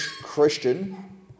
Christian